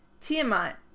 Tiamat